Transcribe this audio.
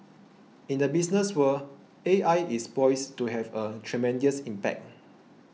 in the business world A I is poised to have a tremendous impact